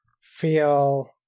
feel